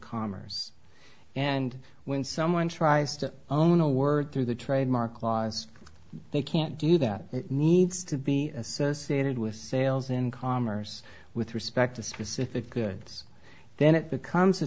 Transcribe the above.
commerce and when someone tries to own a word through the trademark laws they can't do that it needs to be associated with sales in commerce with respect to specific goods then it becomes a